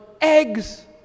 eggs